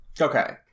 okay